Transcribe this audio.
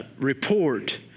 report